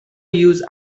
use